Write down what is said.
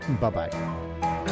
Bye-bye